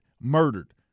murdered